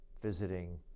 visiting